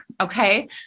Okay